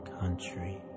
country